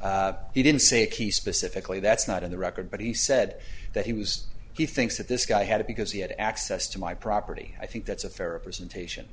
property he didn't say a key specifically that's not in the record but he said that he was he thinks that this guy had it because he had access to my property i think that's a fair representation